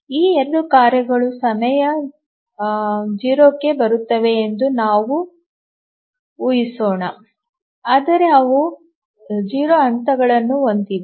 ಈ ಎರಡೂ ಕಾರ್ಯಗಳು ಸಮಯ 0 ಕ್ಕೆ ಬರುತ್ತವೆ ಎಂದು ನಾವು Let ಹಿಸೋಣ ಅಂದರೆ ಅವು 0 ಹಂತಗಳನ್ನು ಹೊಂದಿವೆ